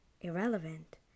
irrelevant